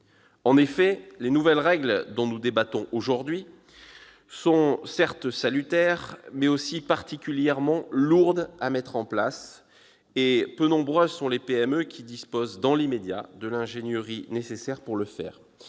En effet, les nouvelles règles dont nous débattons aujourd'hui sont certes salutaires, mais aussi particulièrement lourdes à mettre en place. Peu nombreuses sont les PME qui disposent dans l'immédiat de l'ingénierie nécessaire. Alors que